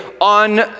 on